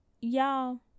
y'all